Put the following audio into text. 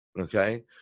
okay